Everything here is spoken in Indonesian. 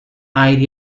air